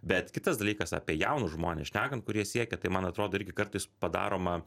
bet kitas dalykas apie jaunus žmones šnekant kurie siekia tai man atrodo irgi kartais padaroma